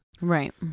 right